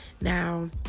now